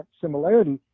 similarity